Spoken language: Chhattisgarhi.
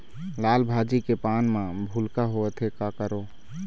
लाल भाजी के पान म भूलका होवथे, का करों?